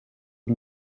het